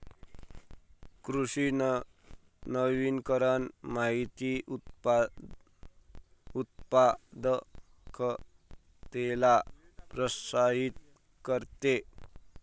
कृषी वनीकरण मातीच्या उत्पादकतेला प्रोत्साहित करते